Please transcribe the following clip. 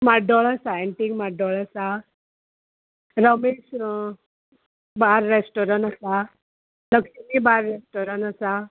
माड्डोळ आसा एंटीक माड्डोळ आसा रमेश बार रेस्टोरंट आसा लक्ष्मी बार रेस्टोरंट आसा